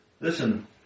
listen